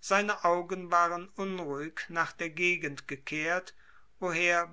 seine augen waren unruhig nach der gegend gekehrt woher